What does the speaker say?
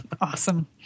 Awesome